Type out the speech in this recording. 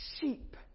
sheep